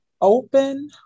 open